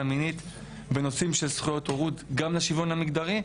מינית ונושאים של זכויות הורות גם לשוויון המגדרי.